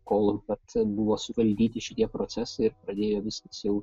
kol pats buvo suguldyti šie procesai pradėjo viskas jau